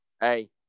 hey